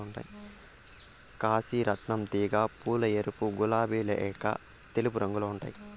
కాశీ రత్నం తీగ పూలు ఎరుపు, గులాబి లేక తెలుపు రంగులో ఉంటాయి